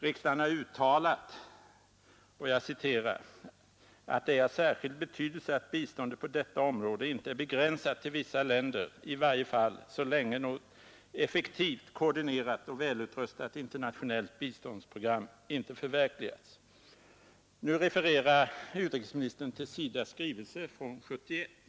Riksdagen har uttalat, att ”det är av särskild betydelse att biståndet på detta område inte är begränsat till vissa länder, i varje fall så länge något effektivt koordinerat och välutrustat internationellt biståndsprogram inte förverkligats”. Nu refererar utrikesministern till SIDA :s skrivelse från år 1971.